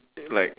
like